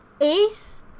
Ace